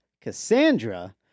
Cassandra